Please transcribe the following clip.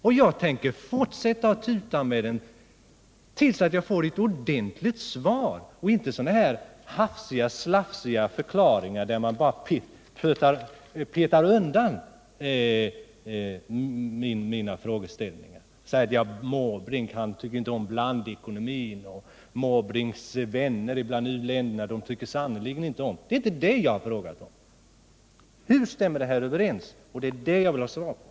Och jag tänker fortsätta att tuta om den tills jag får ett ordentligt svar och inte bara hafsiga, slafsiga uttalanden där man petar undan dessa frågeställningar genom att säga att Måbrink inte tycker om blandekonomin och att Måbrinks vänner bland uländerna sannerligen inte tycker likadant. Det är inte det jag har frågat om. Jag har frågat: Hur stämmer det här överens med våra målsättningar? Det är det jag vill ha svar på.